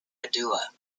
padua